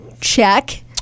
Check